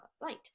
light